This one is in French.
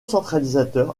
centralisateur